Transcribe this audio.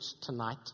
tonight